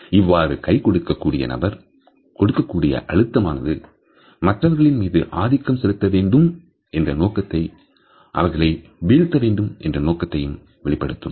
இவ்வாறு கை கொடுக்க கூடிய நபர் கொடுக்கக்கூடிய அழுத்தமானது மற்றவர்களின் மீது ஆதிக்கம் செலுத்த வேண்டும் என்ற நோக்கத்தையும் அவர்களை வீழ்த்த வேண்டும் என்ற நோக்கத்தையும் வெளிப்படுத்தும்